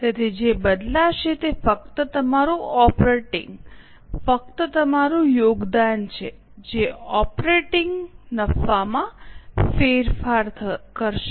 તેથી જે બદલાશે તે ફક્ત તમારું ઓપરેટીંગ ફક્ત તમારું યોગદાન છે જે oઓપરેટીંગ નફામાં ફેરફાર કરશે